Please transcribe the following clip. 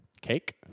Cake